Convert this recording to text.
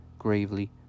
gravely